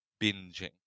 binging